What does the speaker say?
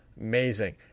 amazing